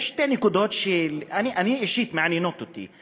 יש שתי נקודות שאישית מעניינות אותי.